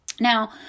Now